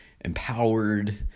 empowered